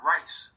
Rice